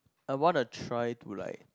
I want to try to like